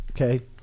Okay